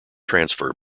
transfer